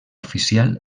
oficial